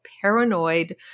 paranoid